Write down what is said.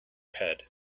head